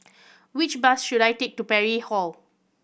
which bus should I take to Parry Hall